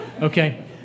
okay